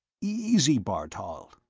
easy, bartol!